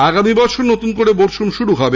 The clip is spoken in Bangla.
আগামী বছর নতুন করে মরসুম শুরু হবে